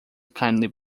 kindly